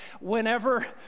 whenever